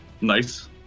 nice